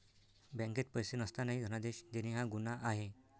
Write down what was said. बँकेत पैसे नसतानाही धनादेश देणे हा गुन्हा आहे